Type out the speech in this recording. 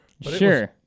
Sure